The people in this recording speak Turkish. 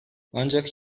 ancak